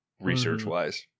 research-wise